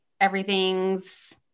everything's